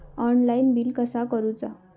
Online bill कसा करुचा?